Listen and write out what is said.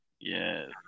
Yes